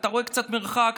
אתה רואה קצת מרחק,